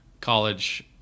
college